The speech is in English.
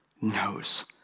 knows